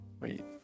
Wait